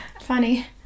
Funny